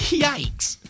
yikes